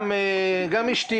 גם אשתי,